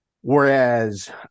Whereas